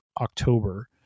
October